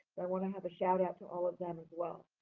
i want to have a shout-out to all of them, as well.